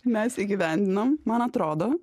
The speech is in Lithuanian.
mes įgyvendinom man atrodo